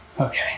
Okay